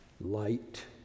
light